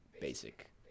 basic